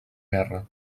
guerra